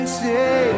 say